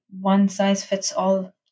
one-size-fits-all